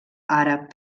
àrab